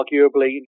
arguably